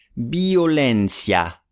Violencia